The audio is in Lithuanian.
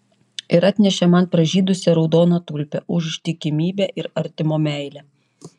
ir atnešė man pražydusią raudoną tulpę už ištikimybę ir artimo meilę